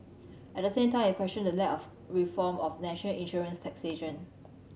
at the same time it questioned the lack of reform of national insurance taxation